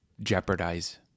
jeopardize